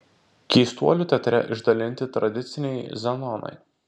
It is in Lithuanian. keistuolių teatre išdalinti tradiciniai zenonai